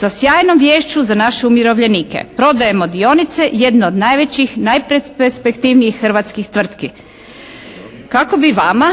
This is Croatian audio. sa sjajnom viješću za naše umirovljenike, prodaje dionice jedne od najvećih najperspektivnijih hrvatskih tvrtki kako bi vama